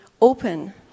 open